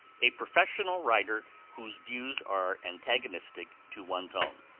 a professional writer whose views are antagonistic to one's own.